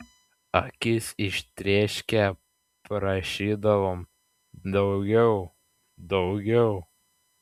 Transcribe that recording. akis ištrėškę prašydavom daugiau daugiau